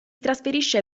trasferisce